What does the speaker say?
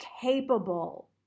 capable